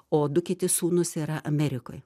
o du kiti sūnūs yra amerikoj